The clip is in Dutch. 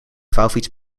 vouwfiets